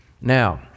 Now